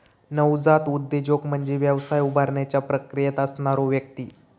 नवजात उद्योजक म्हणजे व्यवसाय उभारण्याच्या प्रक्रियेत असणारो व्यक्ती